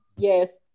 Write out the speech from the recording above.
Yes